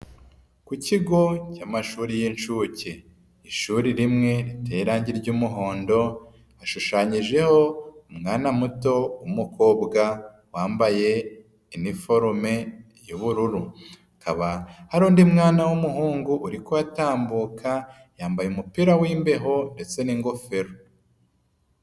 Ku kigo cy'amashuri y'inshuke. Ishuri rimwe riteyeho irangi ry'umuhondo, hashushanyijeho umwana muto w'umukobwa wambaye iniforume y'ubururu. Hakaba hari undi mwana w'umuhungu uri kuhatambuka yambaye umupira w'imbeho ndetse n'ingofero.